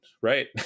right